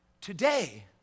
Today